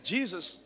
Jesus